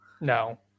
No